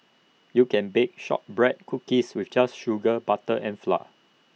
you can bake Shortbread Cookies with just sugar butter and flour